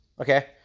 okay